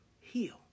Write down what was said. Heal